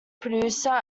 producer